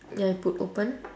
ya it put open